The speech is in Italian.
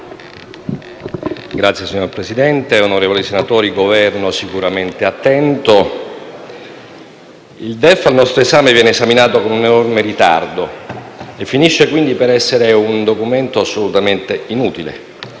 il DEF al nostro esame viene esaminato con un enorme ritardo e finisce quindi per essere un documento assolutamente inutile.